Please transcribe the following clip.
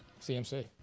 CMC